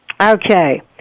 Okay